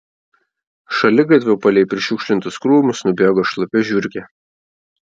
šaligatviu palei prišiukšlintus krūmus nubėgo šlapia žiurkė